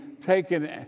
taken